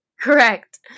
correct